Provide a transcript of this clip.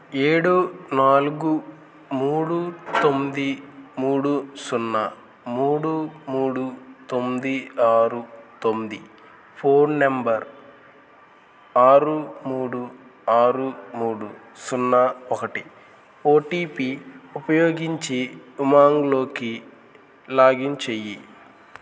ఏడు నాలుగు మూడు తొమ్మిది మూడు సున్నా మూడు మూడు తొమ్మిది ఆరు తొమ్మిది ఫోన్ నంబర్ ఆరు మూడు ఆరు మూడు సున్నా ఒకటి ఓటీపీ ఉపయోగించి ఉమాంగ్లోకి లాగిన్ చేయి